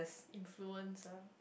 influence ah